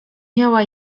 miała